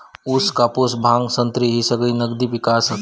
ऊस, कापूस, भांग, संत्री ही सगळी नगदी पिका आसत